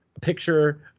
picture